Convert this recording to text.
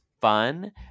fun